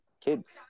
kids